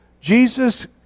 Jesus